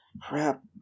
Crap